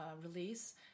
release